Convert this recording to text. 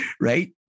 right